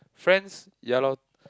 friends ya loh